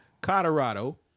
Colorado